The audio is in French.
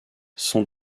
sont